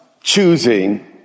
choosing